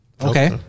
Okay